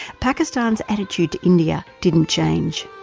pakistan's attitude to india didn't change.